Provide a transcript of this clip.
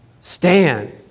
stand